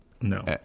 No